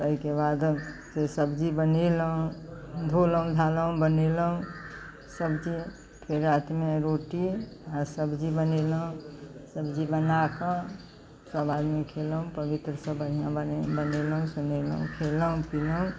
तैके बाद फेर सब्जी बनेलहुँ धोलहुँ धालहुँ बनेलहुँ सब्जी फेर रातिमे रोटी आओर सब्जी बनेलहुँ सब्जी बनाकऽ सभ आदमी खेलहुँ पवित्रसँ बढ़िआँ बढ़िआँ बनेलहुँ सुनेलहुँ खेलहुँ पीलहुँ